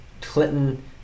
Clinton